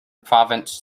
province